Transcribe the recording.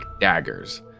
daggers